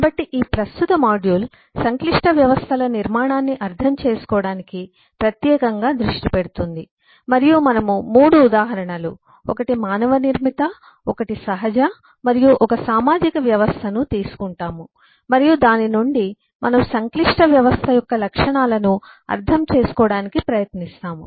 కాబట్టి ఈ ప్రస్తుత మాడ్యూల్ సంక్లిష్ట వ్యవస్థల నిర్మాణాన్ని అర్థం చేసుకోవడానికి ప్రత్యేకంగా దృష్టి పెడుతుంది మరియు మనము 3 ఉదాహరణలు 1 మానవనిర్మిత 1 సహజ మరియు 1 సామాజిక వ్యవస్థను తీసుకుంటాము మరియు దాని నుండి మనము సంక్లిష్ట వ్యవస్థ యొక్క లక్షణాలను అర్థం చేసుకోవడానికి ప్రయత్నిస్తాము